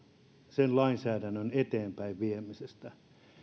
sen lainsäädännön eteenpäinviemisestä